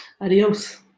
Adios